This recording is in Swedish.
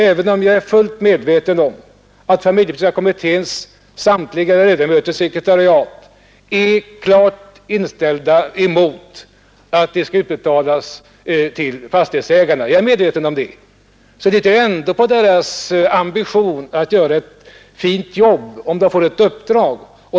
Även om jag är fullt medveten om att familjepolitiska kommitténs samtliga ledamöter och sekretariat är klart inställda emot att bidraget utbetalas till fastighetsägarna, så litar jag ändå på deras ambition att göra ett fint jobb när de får ett uppdrag.